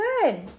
Good